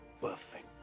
perfect